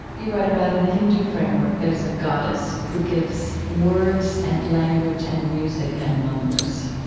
you write about in the hindu framework there's a goddess who gives words and language and music and numbers,